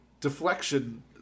deflection